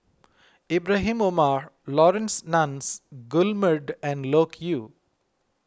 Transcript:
Ibrahim Omar Laurence Nunns Guillemard and Loke Yew